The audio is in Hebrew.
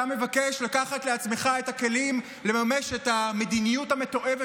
אתה מבקש לקחת לעצמך את הכלים לממש את המדיניות המתועבת